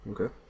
okay